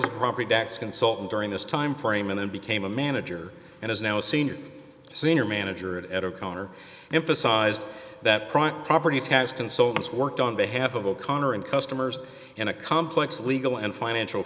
as a property tax consultant during this timeframe and then became a manager and is now a senior senior manager at o'connor emphasized that private property tax consultants worked on behalf of o'connor and customers in a complex legal and financial